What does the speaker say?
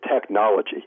technology